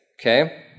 Okay